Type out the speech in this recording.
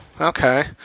okay